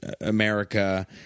america